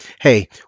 Hey